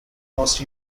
lost